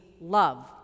love